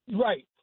right